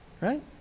right